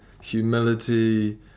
humility